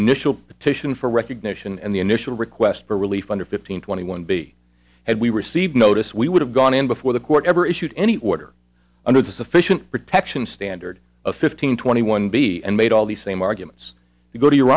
initial petition for recognition and the initial request for relief under fifteen twenty one b had we received notice we would have gone in before the court ever issued any order under the sufficient protection standard of fifteen twenty one b and made all the same arguments you go to your